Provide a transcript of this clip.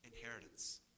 inheritance